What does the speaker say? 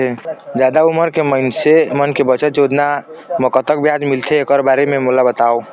जादा उमर के मइनसे मन के बचत योजना म कतक ब्याज मिलथे एकर बारे म मोला बताव?